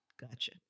Gotcha